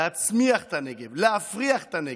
להצמיח את הנגב, להפריח את הנגב,